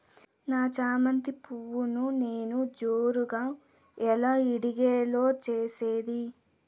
నా చామంతి పువ్వును నేను జోరుగా ఎలా ఇడిగే లో చేసేది?